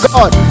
God